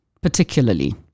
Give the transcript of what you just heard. particularly